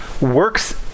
works